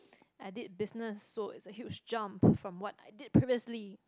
I did business so it's a huge jump from what I did previously